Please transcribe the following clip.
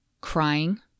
crying